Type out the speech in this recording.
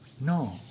No